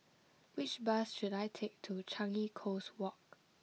which bus should I take to Changi Coast Walk